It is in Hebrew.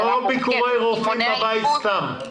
לא ביקורי רופאים בבית סתם.